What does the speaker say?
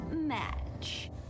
Match